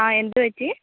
ആ എന്തുപറ്റി